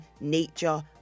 nature